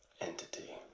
entity